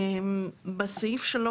בסעיף (3),